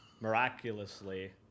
Miraculously